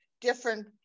different